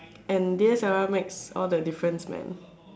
and D_S_L_R makes all the difference man